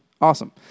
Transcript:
Awesome